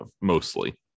mostly